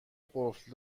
قفل